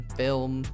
film